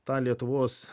tą lietuvos